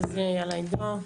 עידו.